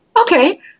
okay